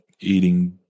eating